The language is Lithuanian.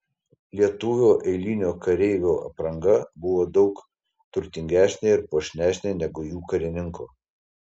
lietuvio eilinio kareivio apranga buvo daug turtingesnė ir puošnesnė negu jų karininko